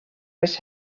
was